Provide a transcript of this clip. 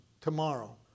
tomorrow